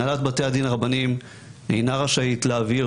הנהלת בתי הדין הרבניים אינה רשאית להעביר,